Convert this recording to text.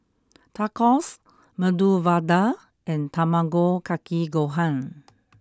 Tacos Medu Vada and Tamago kake gohan